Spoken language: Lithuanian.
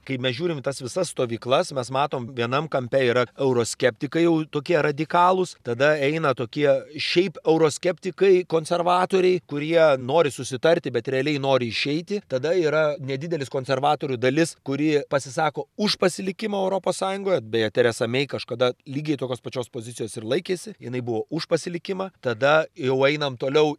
kai mes žiūrim į tas visas stovyklas mes matom vienam kampe yra euroskeptikai jau tokie radikalūs tada eina tokie šiaip euroskeptikai konservatoriai kurie nori susitarti bet realiai nori išeiti tada yra nedidelis konservatorių dalis kuri pasisako už pasilikimą europos sąjungoje beje teresa mei kažkada lygiai tokios pačios pozicijos ir laikėsi jinai buvo už pasilikimą tada jau einam toliau